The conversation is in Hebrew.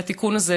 לתיקון הזה,